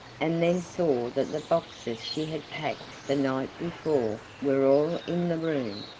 and then saw that the boxes she had packed the night before were all in the room.